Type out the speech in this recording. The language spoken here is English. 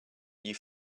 you